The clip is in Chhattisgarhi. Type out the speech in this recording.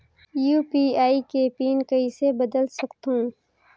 यू.पी.आई के पिन कइसे बदल सकथव?